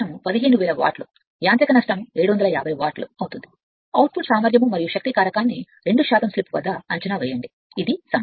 core నష్టం 15000 వాట్ల యాంత్రిక నష్టం 750 వాట్ అవుతుంది అవుట్పుట్ సామర్థ్యం మరియు శక్తి కారకాన్ని 2 స్లిప్ వద్ద అంచనా వేయండి ఇది సమస్య